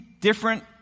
different